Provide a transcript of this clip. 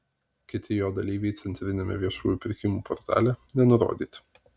kiti jo dalyviai centriniame viešųjų pirkimų portale nenurodyti